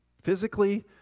physically